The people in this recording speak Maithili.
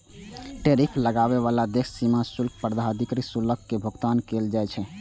टैरिफ लगाबै बला देशक सीमा शुल्क प्राधिकरण कें शुल्कक भुगतान कैल जाइ छै